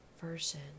version